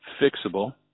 fixable